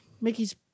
Mickey's